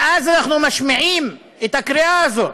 מאז אנחנו משמיעים את הקריאה הזאת.